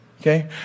okay